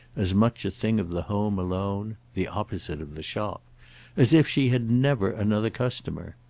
as much a thing of the home alone the opposite of the shop as if she had never another customer.